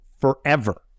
forever